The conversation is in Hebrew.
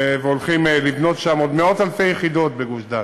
והולכים לבנות עוד מאות-אלפי יחידות בגוש-דן.